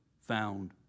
found